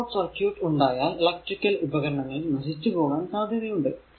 short circuit ഉണ്ടായാൽ electrical ഉപകരണങ്ങൾ നശിച്ചു പോകാൻ സാധ്യത ഉണ്ട്